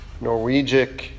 Norwegian